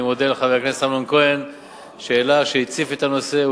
אני מודה לחבר הכנסת אמנון כהן שהציף את הנושא.